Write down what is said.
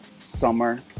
summer